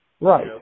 right